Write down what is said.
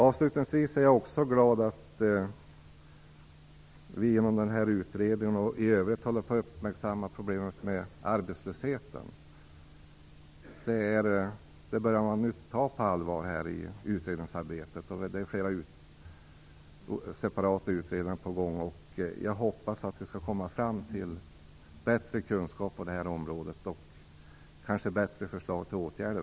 Avslutningsvis är jag också glad över att vi håller på att uppmärksamma problemet med arbetslösheten. Man börjar ta det på allvar i utredningsarbetet. Flera separata utredningar är på gång, och jag hoppas att vi skall komma fram till bättre kunskap på detta område och kanske även bättre förslag till åtgärder.